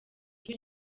ijwi